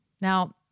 Now